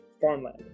farmland